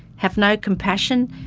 have no compassion,